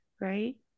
right